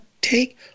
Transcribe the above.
take